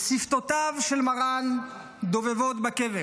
שפתותיו של מרן דובבות בקבר,